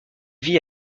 vit